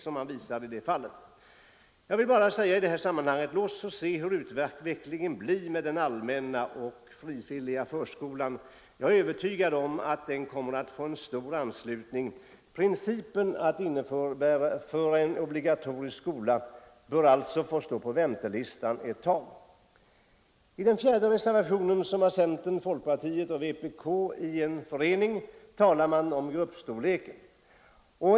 Låt oss se hur utvecklingen blir i fråga om den allmänna och frivilliga förskolan. Jag är övertygad om att den får stor anslutning. Principen att införa en obligatorisk förskola bör alltså få stå på väntelistan en tid. I reservationen 4, bakom vilken står representanter från centern, folkpartiet och vpk i förening, talar man om gruppstorleken.